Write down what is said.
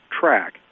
track